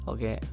Okay